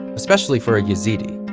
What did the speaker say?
especially for a yazidi.